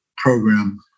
program